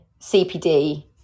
CPD